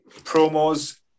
promo's